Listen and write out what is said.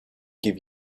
give